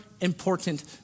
important